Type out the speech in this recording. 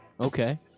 Okay